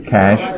cash